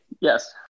Yes